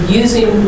using